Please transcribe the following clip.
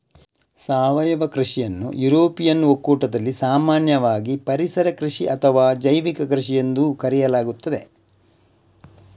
ಸಾವಯವ ಕೃಷಿಯನ್ನು ಯುರೋಪಿಯನ್ ಒಕ್ಕೂಟದಲ್ಲಿ ಸಾಮಾನ್ಯವಾಗಿ ಪರಿಸರ ಕೃಷಿ ಅಥವಾ ಜೈವಿಕ ಕೃಷಿಎಂದು ಕರೆಯಲಾಗುತ್ತದೆ